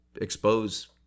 expose